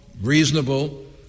reasonable